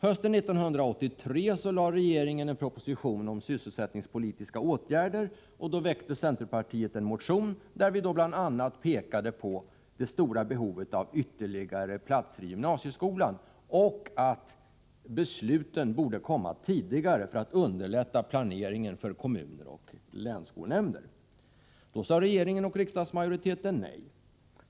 Hösten 1983 lade regeringen fram en proposition om sysselsättningspolitiska åtgärder. Då väckte vi från centerpartiet en motion, där vi bl.a. pekade på det stora behovet av ytterligare platser i gymnasieskolan och att besluten borde komma tidigare för att underlätta planeringen för kommuner och länsskolnämnder. Då sade regeringen och riksdagsmajoriteten nej.